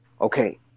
Okay